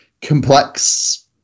complex